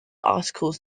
articles